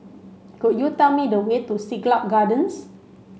could you tell me the way to Siglap Gardens